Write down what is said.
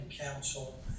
council